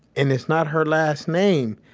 and it's not her last name.